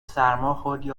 سرماخوردی